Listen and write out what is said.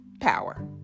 power